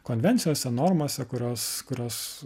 konvencijose normas kurios kurios